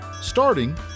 starting